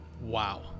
Wow